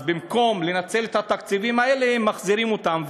אז במקום לנצל את התקציבים האלה, הם מחזירים אותם.